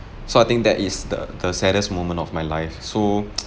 so I think that is the the saddest moment of my life so